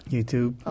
YouTube